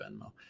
Venmo –